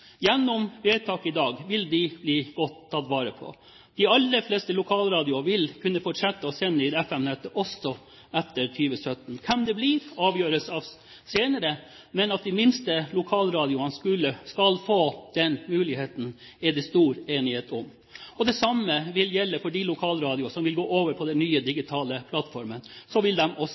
Gjennom vedtaket i dag vil de bli godt tatt vare på. De aller fleste lokalradioene vil kunne fortsette å kunne sende i FM-nettet også etter 2017. Hvem det blir, avgjøres senere, men at de minste lokalradioene skal få den muligheten, er det stor enighet om. Det samme vil gjelde for de lokalradioer som vil gå over på den nye digitale plattformen – de vil også